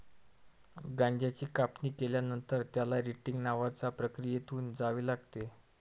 गांजाची कापणी केल्यानंतर, त्याला रेटिंग नावाच्या प्रक्रियेतून जावे लागते